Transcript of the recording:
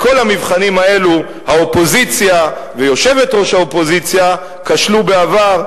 בכל המבחנים האלו האופוזיציה ויושבת-ראש האופוזיציה כשלו בעבר,